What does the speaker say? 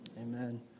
Amen